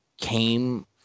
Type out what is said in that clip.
came